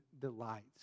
delights